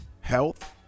health